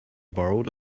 borrowed